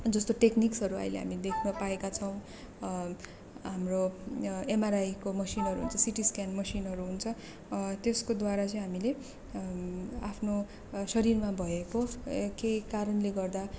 जस्तो टेकनिक्सहरू अहिले हामी देख्नपाएका छौँ हाम्रो एमआरआईको मसिनहरू हुन्छ सिटी स्क्यान मसिनहरू हुन्छ त्यसकोद्वारा चाहिँ हामीले आफ्नो शरीरमा भएको केही कारणले गर्दा